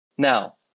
Now